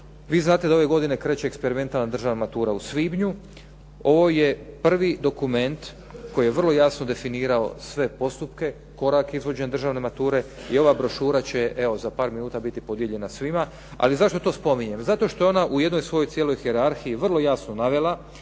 Vi znate da ove godine kreće eksperimentalna državna matura u svibnju. Ovo je prvi dokument koji je vrlo jasno definirao sve postupke, korake izvođenja državne mature i ova brošura će evo za par minuta biti podijeljena svima. Ali zašto to spominjem? Zato što je ona u jednoj svojoj cijeloj hijerarhiji vrlo jasno navela